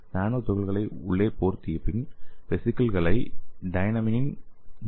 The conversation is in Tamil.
நானோ துகள்களை உள்ளே போர்த்திய பின் வெசிகிள்கள் டைனமினின் ஜி